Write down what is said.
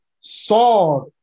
sword